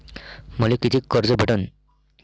मले कितीक कर्ज भेटन?